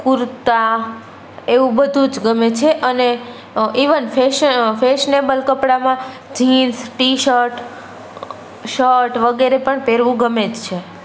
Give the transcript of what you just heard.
કુર્તા એવું બધું જ ગમે છે અને ઈવન ફેશન ફેશનેબલ કપડાંમાં જીન્સ ટી શર્ટ શર્ટ વગેરે પણ પેહરવું ગમે જ છે